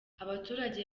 abaturage